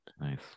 Nice